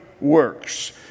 works